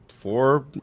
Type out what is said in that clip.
four